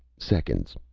seconds,